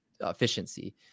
efficiency